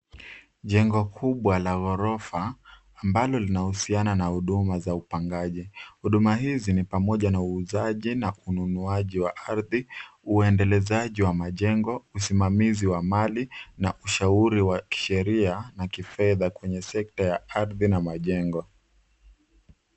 Jengo kubwa la ghorofa ambalo linahusiana na huduma za upangaji. Huduma hizi ni pamoja na uuzaji na ununuaji wa ardhi, uendelezaji wa majengo, usimamizi wa mali na ushauri wa kisheria na kifedha kwenye sekta ya ardhi na majengo.